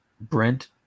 Brent